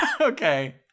Okay